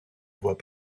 vois